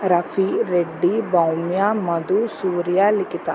రఫీ రెడ్డి బౌమ్య మధు సూర్య లిఖిత